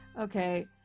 Okay